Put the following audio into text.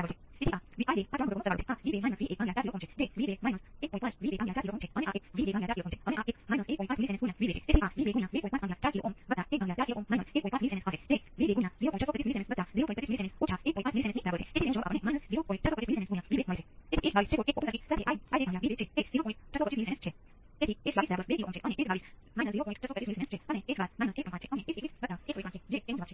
છો પરંતુ તે કેટલાક અવયવ દ્વારા અસ્પષ્ટ હશે કારણ કે તમે ઉકેલને કોઈપણ અવયવથી ગુણાકાર કરો છો તે પણ એક ઉકેલ હોય છે